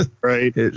right